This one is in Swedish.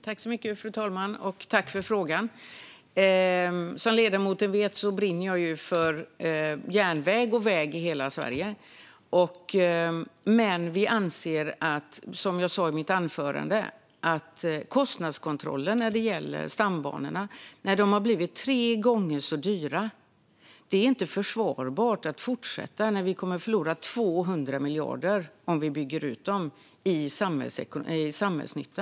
Fru talman! Som ledamoten vet brinner jag för järnväg och väg i hela Sverige. Men som jag sa i mitt anförande har vi åsikter om kostnadskontrollen när det gäller stambanorna. De har blivit tre gånger så dyra. Det är inte försvarbart att fortsätta bygga ut dem om vi kommer att förlora 200 miljarder i samhällsnytta.